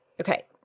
Okay